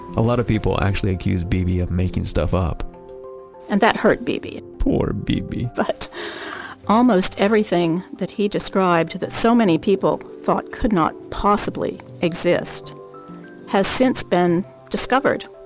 a lot of people actually accused beebe of making stuff up and that hurt beebe poor beebe but almost everything that he described that so many people thought could not possibly exist has since been discovered.